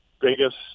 biggest